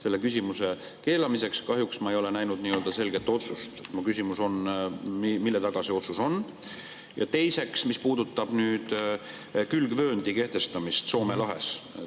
selle keelamiseks, kahjuks ma ei ole näinud selget otsust. Mu küsimus on, mille taga see otsus on. Ja teiseks, see puudutab külgvööndi kehtestamist Soome lahes.